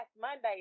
Monday